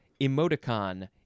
emoticon